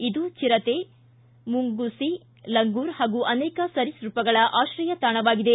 ಇದು ಚಿರತೆ ಮುಂಗೂಸಿ ಲಂಗೂರ್ ಹಾಗೂ ಅನೇಕ ಸರೀಸೃಪಗಳ ಆಶ್ರಯ ತಾಣವಾಗಿದೆ